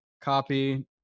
Copy